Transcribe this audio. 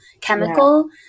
chemical